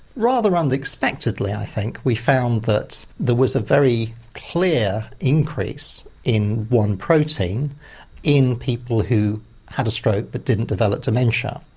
rather unexpectedly, i think, we found that there was a very clear increase in one protein in people who had a stroke but didn't develop dementia.